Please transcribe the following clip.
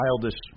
childish